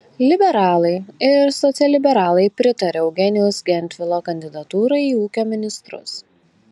liberalai ir socialliberalai pritaria eugenijaus gentvilo kandidatūrai į ūkio ministrus